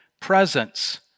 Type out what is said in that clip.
presence